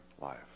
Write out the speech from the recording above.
life